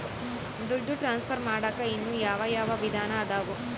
ದುಡ್ಡು ಟ್ರಾನ್ಸ್ಫರ್ ಮಾಡಾಕ ಇನ್ನೂ ಯಾವ ಯಾವ ವಿಧಾನ ಅದವು?